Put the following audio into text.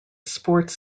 sports